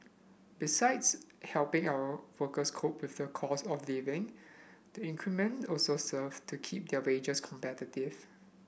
besides helping our workers cope with the cost of living the increment also serve to keep their wages competitive